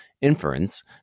inference